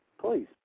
Please